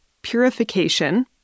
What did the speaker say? purification